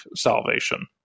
salvation